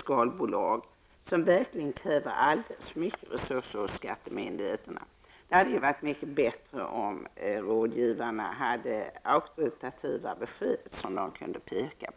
skalbolag, som verkligen kräver alldeles för mycket resurser av skattemyndigheterna. Det hade varit mycket bättre om rådgivarna hade auktoritativa besked att lämna.